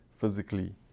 physically